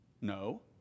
No